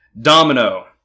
Domino